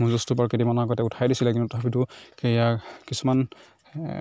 ম'হ যুঁজটো বাৰু কেইদিনমানৰ আগতে উঠাই দিছিলে কিন্তু তথাপিতো সেয়া কিছুমান